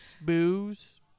booze